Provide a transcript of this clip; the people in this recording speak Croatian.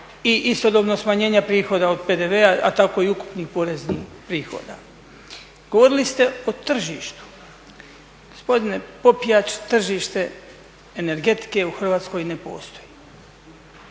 i istodobno smanjenja prihoda od PDV-a a tako i ukupnih poreznih prihoda. Govorili ste o tržištu. Gospodine Popijač, tržište energetike u Hrvatskoj ne postoji.